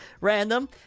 random